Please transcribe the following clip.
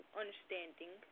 understanding